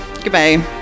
Goodbye